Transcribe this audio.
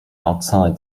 outside